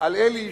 על אלי ישי,